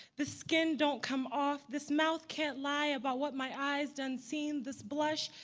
the skin don't come off, this mouth can't lie about what my eyes done seen. this blush,